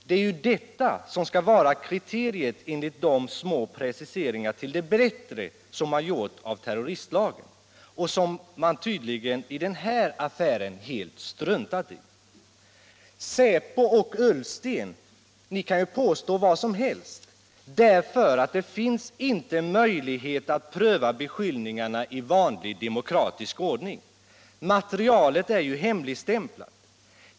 Det är ju det som enligt de preciseringar till det bättre som gjorts av terroristlagen skall vara kriteriet, men som man tydligen i denna affär helt har struntat i. Säpo och statsrådet Ullsten kan påstå vad som helst, eftersom det inte finns någon möjlighet att pröva beskyllningarna i vanlig demokratisk ordning. Materialet är hemligstämplat.